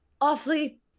awfully